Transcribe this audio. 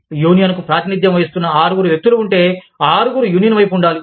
యూనియన్కు ప్రాతినిధ్యం వహిస్తున్న ఆరుగురు వ్యక్తులు ఉంటే ఆరుగురు యూనియన్ వైపు ఉండాలి